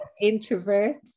introvert